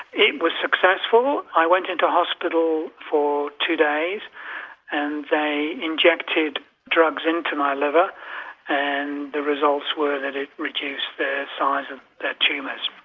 it was successful, i went into hospital for two days and they injected drugs into my liver and the results were that it reduced the size of the tumours.